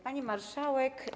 Pani Marszałek!